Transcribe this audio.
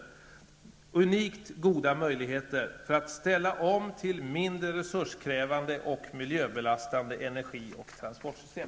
Det ger unikt goda möjligheter för en omställning till mindre resurskrävande och miljöbelastande energi och transportsystem.